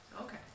Okay